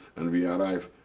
and we arrive